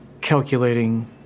calculating